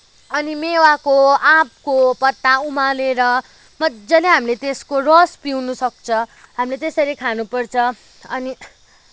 अनि मेवाको आँपको पत्ता उमालेर मज्जाले हामीले त्यसको रस पिउन सक्छ हामीले त्यसरी खानु पर्छ अनि